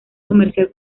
comercial